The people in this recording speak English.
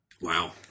Wow